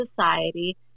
society